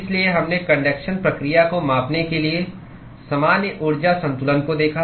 इसलिए हमने कन्डक्शन प्रक्रिया को मापने के लिए सामान्य ऊर्जा संतुलन को देखा